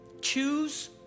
Choose